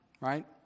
right